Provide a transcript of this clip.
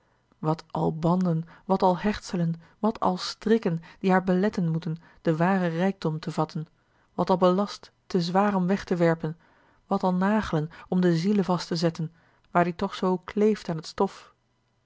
wat al banden wat al hechtselen wat al strikken die haar beletten moeten den waren rijkdom te vatten wat al ballast te zwaar om weg te werpen wat al nagelen om de ziele vast te zetten waar die toch zoo kleeft aan het stof